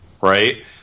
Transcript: right